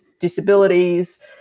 disabilities